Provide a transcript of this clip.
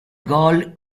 gol